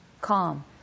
Calm